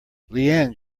leanne